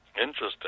Interesting